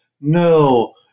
No